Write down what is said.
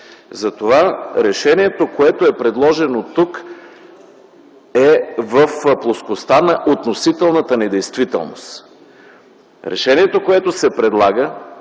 Затова решението, което е предложено тук, е в плоскостта на относителната недействителност. Решението, което се предлага,